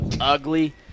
ugly